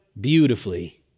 beautifully